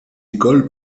école